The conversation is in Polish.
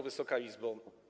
Wysoka Izbo!